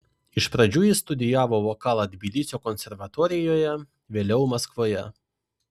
iš pradžių jis studijavo vokalą tbilisio konservatorijoje vėliau maskvoje